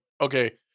okay